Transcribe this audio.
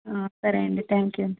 సరే అండి thank you అండి